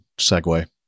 segue